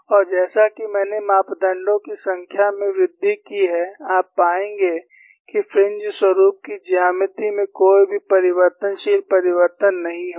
और जैसा कि मैंने मापदंडों की संख्या में वृद्धि की है आप पाएंगे कि फ्रिंज स्वरुप की ज्यामिति में कोई भी परिवर्तनशील परिवर्तन नहीं होगा